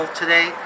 today